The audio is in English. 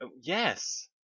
Yes